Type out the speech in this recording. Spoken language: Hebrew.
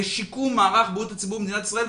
לשיקום מערך בריאות הציבור במדינת ישראל.